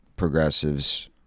progressives